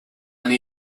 new